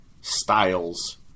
styles